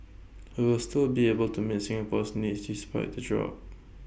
we will still be able to meet Singapore's needs despite the drop